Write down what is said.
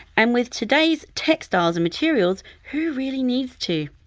and with today's textiles and materials who really needs to?